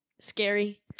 scary